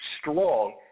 strong